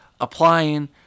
applying –